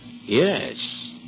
Yes